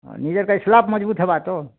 slab ମଜ୍ଭୁତ୍ ହେବାର୍ ତ